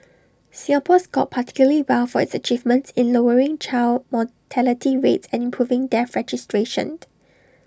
Singapore scored particularly well for its achievements in lowering child mortality rates and improving death registration